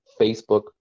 Facebook